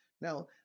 Now